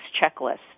checklist